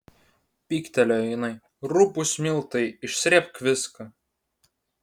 pyktelėjo jinai rupūs miltai išsrėbk viską